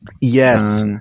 Yes